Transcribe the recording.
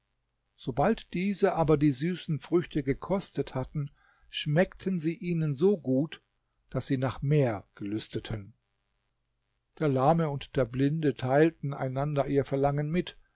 sobald diese aber die süßen früchte gekostet hatten schmeckten sie ihnen so gut daß sie nach mehr gelüsteten der lahme und der blinde teilten einander ihr verlangen mit